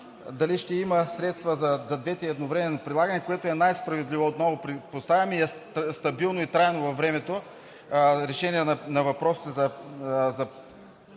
дали ще има средства за едновременното прилагане на двете, което е най-справедливо, отново поставям, и е стабилно и трайно във времето решение на въпросите за